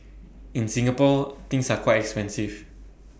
in Singapore things are quite expensive